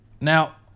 Now